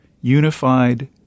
unified